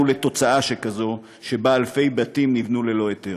לתוצאה שכזאת שאלפי בתים נבנו ללא היתר,